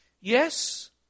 Yes